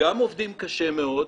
גם עובדים קשה מאוד,